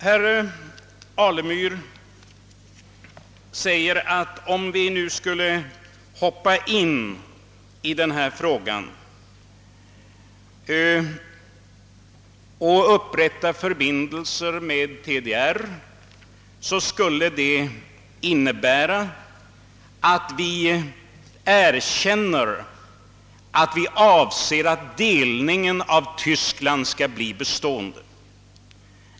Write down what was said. Herr Alemyr sade att om vi nu skulle upprätta förbindelser med TDR, så skulle det innebära att vi erkände att vi avser att delningen av Tyskland skall bli bestående.